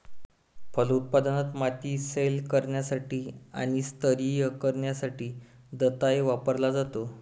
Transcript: फलोत्पादनात, माती सैल करण्यासाठी आणि स्तरीय करण्यासाठी दंताळे वापरला जातो